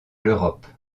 l’europe